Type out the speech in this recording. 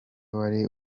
wari